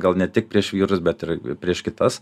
gal ne tik prieš vyrus bet ir prieš kitas